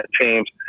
teams